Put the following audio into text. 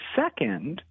second